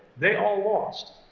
they all lost,